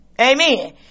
Amen